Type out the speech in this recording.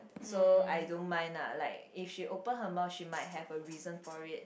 so I don't mind lah like if she open her mouth she might have a reason for it